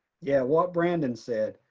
yeah what branden said